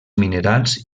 minerals